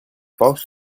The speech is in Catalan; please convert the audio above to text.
pocs